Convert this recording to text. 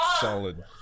solid